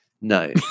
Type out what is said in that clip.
No